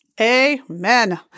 Amen